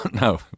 no